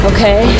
Okay